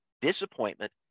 disappointment